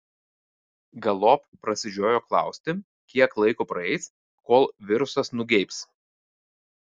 galop prasižiojo klausti kiek laiko praeis kol virusas nugeibs